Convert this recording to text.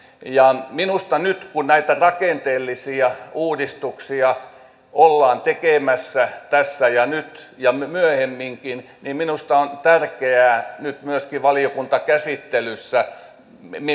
minusta nyt kun näitä rakenteellisia uudistuksia ollaan tekemässä tässä ja nyt ja myöhemminkin on tärkeää myöskin valiokuntakäsittelyssä